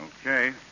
Okay